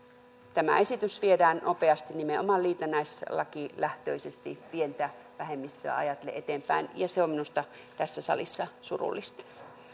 tämä esitys viedään nopeasti nimenomaan liitännäislakilähtöisesti pientä vähemmistöä ajatellen eteenpäin ja se on minusta tässä salissa surullista